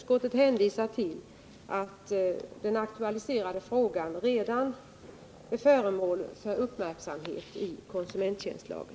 Utskottet hänvisar alltså till att den aktualiserade frågan redan är föremål för uppmärksamhet i konsumenttjänstlagen.